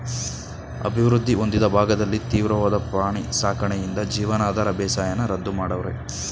ಅಭಿವೃದ್ಧಿ ಹೊಂದಿದ ಭಾಗದಲ್ಲಿ ತೀವ್ರವಾದ ಪ್ರಾಣಿ ಸಾಕಣೆಯಿಂದ ಜೀವನಾಧಾರ ಬೇಸಾಯನ ರದ್ದು ಮಾಡವ್ರೆ